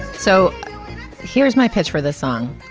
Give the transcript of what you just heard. so here's my pitch for this song.